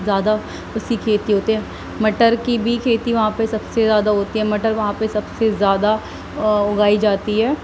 زیادہ اس کی کھیتی ہوتی ہے مٹر کی بھی کھیتی وہاں پہ سب سے زیادہ ہوتی ہے مٹر وہاں پہ سب سے زیادہ اگائی جاتی ہے